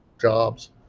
jobs